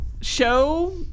show